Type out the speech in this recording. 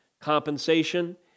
compensation